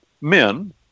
men